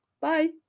Bye